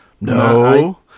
No